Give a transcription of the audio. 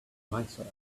myself